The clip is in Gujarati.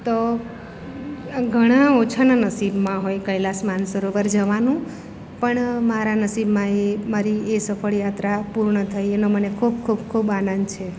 તો ઘણા ઓછાના નસીબમાં હોય કૈલાસ માનસરોવર જવાનું પણ મારા નસીબમાં એ મારી એ સફળયાત્રા પૂર્ણ થઈ એનો મને ખૂબ ખૂબ ખૂબ આનંદ છે